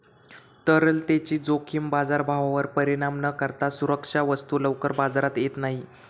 तरलतेची जोखीम बाजारभावावर परिणाम न करता सुरक्षा वस्तू लवकर बाजारात येत नाही